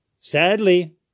Sadly